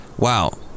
Wow